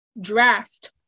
draft